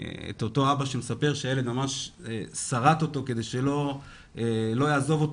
אותו אבא שמספר שהילד ממש שרט אותו כדי שלא יעזוב אותו